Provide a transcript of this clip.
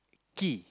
key